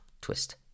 Twist